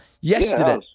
yesterday